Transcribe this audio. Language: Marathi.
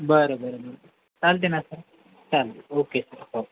बरं बरं बरं चालते ना सर चालेल ओके ओके